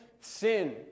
sin